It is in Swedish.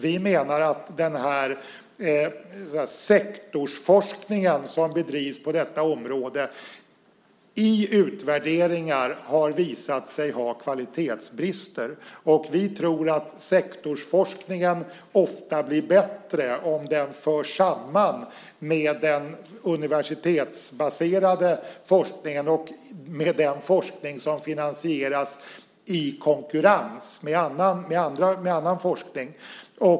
Vi menar att den sektorsforskning som bedrivs på detta område i utvärderingar har visat sig ha kvalitetsbrister. Vi tror att sektorsforskningen ofta blir bättre om den förs samman med den universitetsbaserade forskningen och den forskning som finansieras i konkurrens med annan forskning.